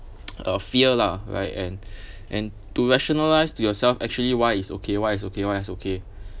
uh fear lah right and and to rationalise to yourself actually why is okay why is okay why is okay